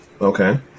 Okay